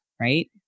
right